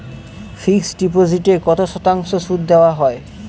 Fixed ডিপোজিটে কত শতাংশ সুদ দেওয়া হয়?